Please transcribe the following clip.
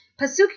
Pasuk